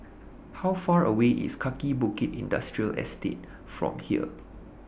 How Far away IS Kaki Bukit Industrial Estate from here